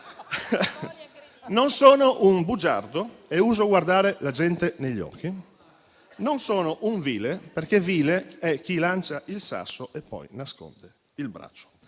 Non sono un bugiardo e uso guardare la gente negli occhi. Non sono un vile, perché vile è chi lancia il sasso e poi nasconde il braccio.